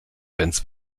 bands